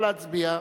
נא להצביע.